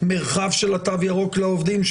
במרחב של התו הירוק לעובדים,